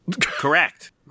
Correct